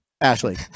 Ashley